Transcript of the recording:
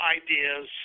ideas